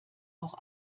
auch